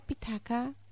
Pitaka